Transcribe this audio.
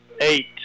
eight